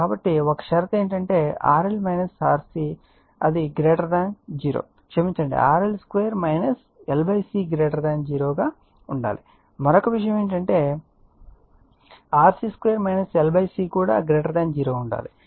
కాబట్టి ఒక షరతు RL RC అది 0 క్షమించండి RL 2 LC 0 గా ఉండాలి మరొక విషయం ఏమిటంటే RC 2 L C కూడా 0 గా ఉండాలి